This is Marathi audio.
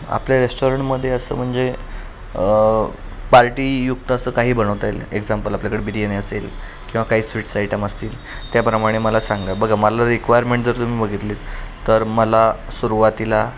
आपल्या रेस्टॉरंटमध्ये असं म्हणजे पार्टीयुक्त असं काही बनवता येईल एक्झाम्पल आपल्याकडे बिर्याणी असेल किंवा काही स्वीट्स आयटम असतील त्याप्रमाणे मला सांगा बघा मला रिक्वायरमेंट जर तुम्ही बघितले तर मला सुरवातीला